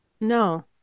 No